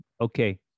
Okay